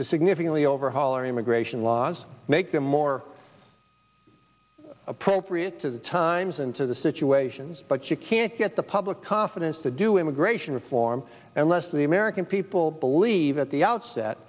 to significantly overhaul our immigration laws make them more appropriate to the times and to the situations but you can't get the public confidence to do immigration reform unless the american people believe at the outset